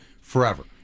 forever